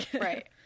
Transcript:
Right